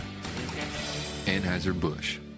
Anheuser-Busch